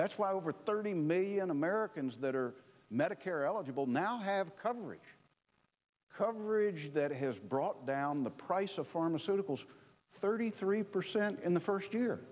that's why over thirty million americans that are medicare eligible now have coverage coverage that has brought down the price of pharmaceuticals thirty three percent in the first year